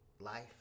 life